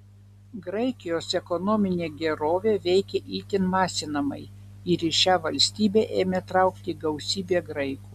graikijos ekonominė gerovė veikė itin masinamai ir į šią valstybę ėmė traukti gausybė graikų